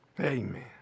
amen